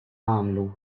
għamlu